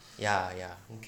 ya ya